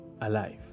alive